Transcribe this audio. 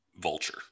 Vulture